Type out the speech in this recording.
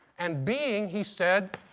and being, he said,